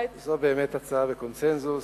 זו באמת הצעה בקונסנזוס,